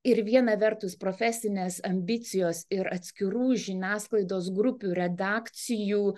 ir viena vertus profesinės ambicijos ir atskirų žiniasklaidos grupių redakcijų